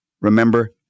remember